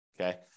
Okay